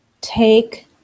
Take